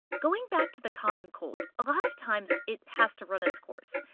going back to the common cold, a lot of times it has to run its course.